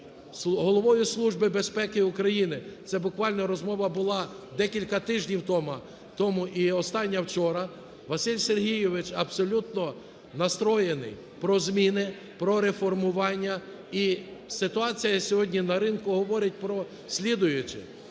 Головою Служби безпеки України, це буквально розмова була декілька тижнів тому і остання вчора, Василь Сергійович абсолютно налаштований на зміни, на реформування. І ситуація сьогодні на ринку говорить про наступне,